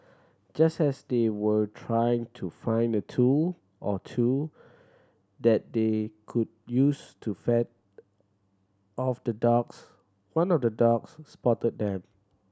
just as they were trying to find a tool or two that they could use to fend off the dogs one of the dogs spotted them